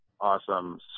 awesome